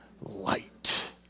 light